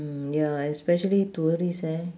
mm ya especially tourists eh